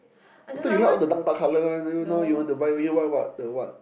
I thought you like all the dark dark colour one then now you want to buy you want to buy the what the what